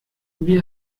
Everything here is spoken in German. wie